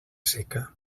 seca